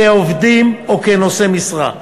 כעובדים או כנושאי משרה.